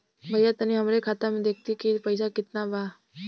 भईया तनि हमरे खाता में देखती की कितना पइसा बा?